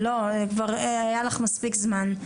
לא, היה כבר לך מספיק זמן.